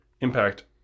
impact